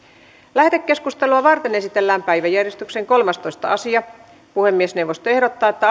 lähetekeskustelua varten esitellään päiväjärjestyksen kolmastoista asia puhemiesneuvosto ehdottaa että